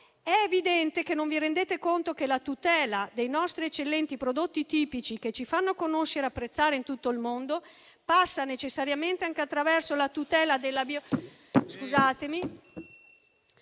È evidente che non vi rendete conto che la tutela dei nostri eccellenti prodotti tipici, che ci fanno conoscere e apprezzare in tutto il mondo, passa necessariamente anche attraverso la tutela della